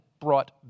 brought